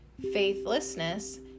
Faithlessness